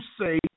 say